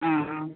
हाँ हाँ